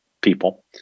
people